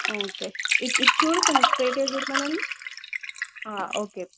okay ఇటు చూడు కొంచెం స్ట్రైయిట్ చూడమనండి ఓకే